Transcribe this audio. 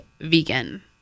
vegan